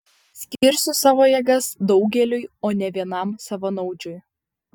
skirsiu savo jėgas daugeliui o ne vienam savanaudžiui